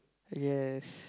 yes